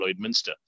Lloydminster